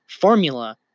formula